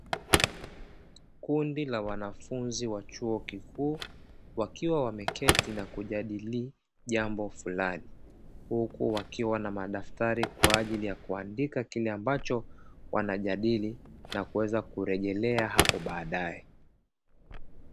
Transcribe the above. Kundi la wanafunzi wa chuo kikuu wakiwa wameketi na kujadili jambo fulani, huku kukiwa na madaftari kwaajili ya kuandika kile ambacho wanajadili na kuweza kurejelea hapo baadae.